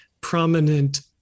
prominent